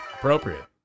Appropriate